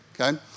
Okay